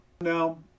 Now